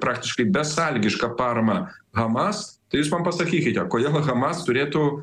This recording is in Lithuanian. praktiškai besąlygišką paramą hamas tai jūs man pasakykite kodėl hamas turėtų